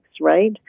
right